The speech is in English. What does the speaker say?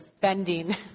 bending